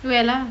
where lah